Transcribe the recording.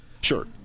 Sure